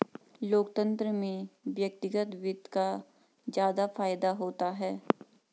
लोकतन्त्र में व्यक्तिगत वित्त का ज्यादा फायदा होता है